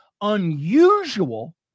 unusual